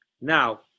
Now